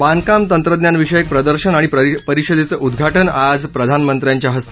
बांधकाम तंत्रज्ञान विषयक प्रदर्शन आणि परिषदेचं उद्घाटन आज प्रधानमंत्र्यांच्या हस्ते